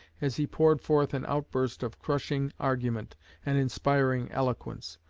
as he poured forth an outburst of crushing argument and inspiring eloquence.